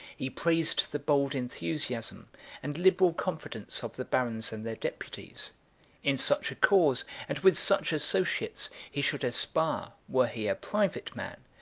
he praised the bold enthusiasm and liberal confidence of the barons and their deputies in such a cause, and with such associates, he should aspire, were he a private man,